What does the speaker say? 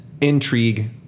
intrigue